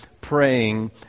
praying